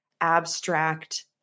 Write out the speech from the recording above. abstract